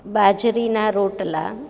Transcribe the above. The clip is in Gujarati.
બાજરીના રોટલા